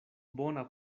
bona